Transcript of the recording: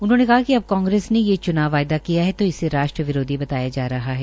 उन्होंने कहा कि अब कांग्रेस ने ये च्नाव वायदा किया है तो इसे राष्ट्र विरोधी बताया जा रहा है